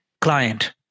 Client